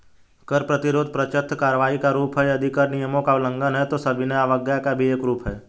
कर प्रतिरोध प्रत्यक्ष कार्रवाई का रूप है, यदि कर नियमों का उल्लंघन है, तो सविनय अवज्ञा का भी एक रूप है